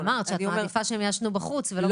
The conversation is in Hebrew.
אמרת שאת מעדיפה שהם יעשנו בחוץ ולא בתוך הבית שלהם.